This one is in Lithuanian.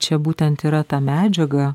čia būtent yra ta medžiaga